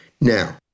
Now